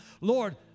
Lord